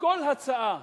לכל הצעה